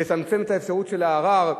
לצמצם את האפשרות של הערר,